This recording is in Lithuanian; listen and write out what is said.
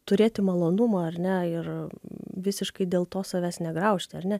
turėti malonumą ar ne ir visiškai dėl to savęs negraužti ar ne